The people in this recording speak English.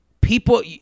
people